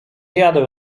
jadę